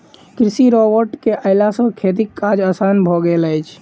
कृषि रोबोट के अयला सॅ खेतीक काज आसान भ गेल अछि